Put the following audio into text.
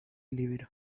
libro